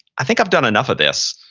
i think i've done enough of this.